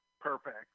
Perfect